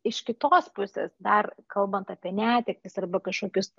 iš kitos pusės dar kalbant apie netektis arba kažkokius